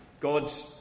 God's